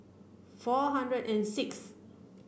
four hundred and six